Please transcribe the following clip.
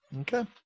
Okay